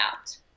out